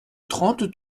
trente